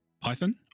Python